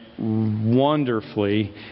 Wonderfully